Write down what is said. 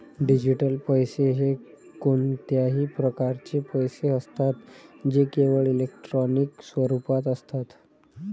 digital पैसे हे कोणत्याही प्रकारचे पैसे असतात जे केवळ इलेक्ट्रॉनिक स्वरूपात असतात